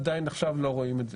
עדיין עכשיו לא רואים את זה.